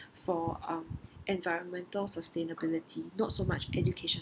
for uh environmental sustainability not so much education